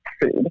food